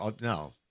No